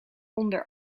onder